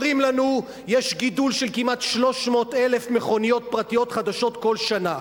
אומרים לנו שיש גידול של כמעט 300,000 מכוניות פרטיות חדשות כל שנה,